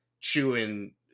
chewing